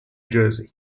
jersey